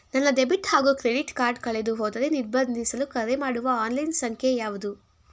ನನ್ನ ಡೆಬಿಟ್ ಹಾಗೂ credit card ಕಳೆದುಹೋದರೆ ನಿರ್ಬಂಧಿಸಲು ಕರೆಮಾಡುವ ಆನ್ಲೈನ್ ಸಂಖ್ಯೆಯಾವುದು?